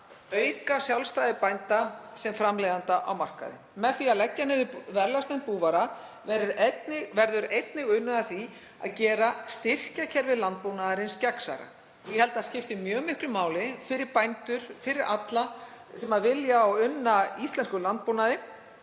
auka sjálfstæði bænda sem framleiðenda á markaði. Með því að leggja niður verðlagsnefnd búvara verður einnig unnið að því að gera styrkjakerfi landbúnaðarins gagnsærra. Ég held það skipti mjög miklu máli fyrir bændur og fyrir alla sem unna íslenskum landbúnaði